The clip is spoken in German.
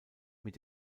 mit